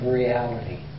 reality